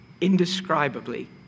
indescribably